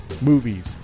movies